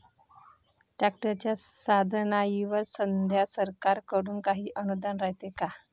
ट्रॅक्टरच्या साधनाईवर सध्या सरकार कडून काही अनुदान रायते का?